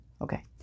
Okay